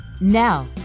Now